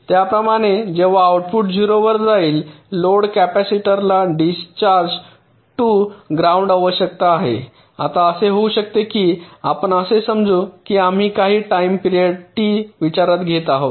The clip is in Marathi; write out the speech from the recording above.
त्याचप्रमाणे जेव्हा आउटपुट 0 वर जाईल लोड कॅपेसिटरला डिसचार्ज टु ग्राउंड आवश्यकता आहे आत्ता असे होऊ शकते की आपण असे समजू की आम्ही काही टाइम पिरियड टी विचारात घेत आहोत